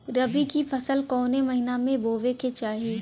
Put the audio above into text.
रबी की फसल कौने महिना में बोवे के चाही?